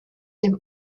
dem